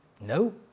No